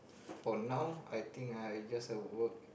for now I think I just at work